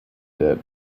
did